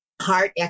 heart